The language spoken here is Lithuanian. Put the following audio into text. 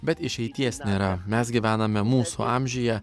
bet išeities nėra mes gyvename mūsų amžiuje